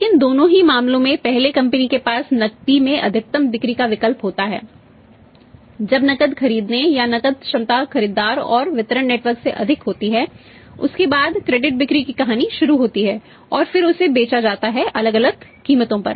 लेकिन दोनों ही मामलों में पहले कंपनी के पास नकदी में अधिकतम बिक्री का विकल्प होता है जब नकद खरीदने या नकद क्षमता खरीदार और वितरण नेटवर्क से अधिक होती है उसके बाद क्रेडिट बिक्री की कहानी शुरू होती है और फिर उसे बेचा जाता है अलग अलग कीमतों पर